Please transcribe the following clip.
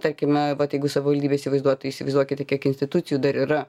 tarkime vat jeigu savivaldybę įsivaizduot tai įsivaizduokite kiek institucijų dar yra